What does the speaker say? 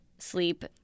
sleep